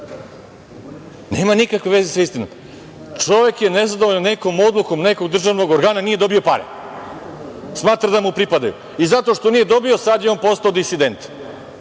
nema nikakve veze sa istinom. Čovek je nezadovoljan nekom odlukom nekog državnog organa, nije dobio pare. Smatra da mu pripadaju. Zato što nije dobio, sada je on postao disident.